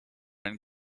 and